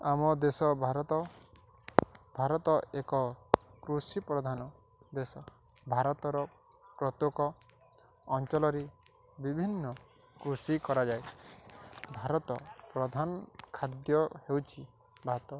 ଆମ ଦେଶ ଭାରତ ଭାରତ ଏକ କୃଷିପ୍ରଧାନ ଦେଶ ଭାରତର ପ୍ରତ୍ୟେକ ଅଞ୍ଚଳରେ ବିଭିନ୍ନ କୃଷି କରାଯାଏ ଭାରତ ପ୍ରଧାନ ଖାଦ୍ୟ ହେଉଛିି ଭାତ